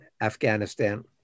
Afghanistan